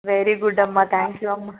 very good అమ్మ thank you అమ్మ